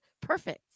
Perfect